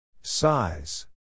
Size